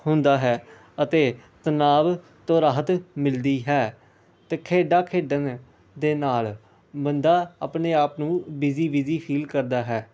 ਹੁੰਦਾ ਹੈ ਅਤੇ ਤਨਾਅ ਤੋਂ ਰਾਹਤ ਮਿਲਦੀ ਹੈ ਅਤੇ ਖੇਡਾਂ ਖੇਡਣ ਦੇ ਨਾਲ ਬੰਦਾ ਆਪਣੇ ਆਪ ਨੂੰ ਬਿਜੀ ਬਿਜੀ ਫੀਲ ਕਰਦਾ ਹੈ